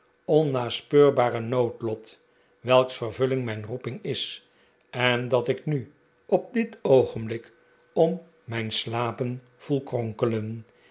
onnaspeurbare noodlot welks vervulling mijn roeping is en dat ik nu op dit oogenblik om mijn slapen voel